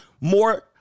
More